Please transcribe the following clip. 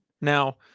Now